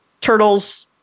turtles